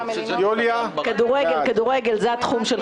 יוליה מלינובסקי בעד אורי מקלב לא נוכח